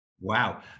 Wow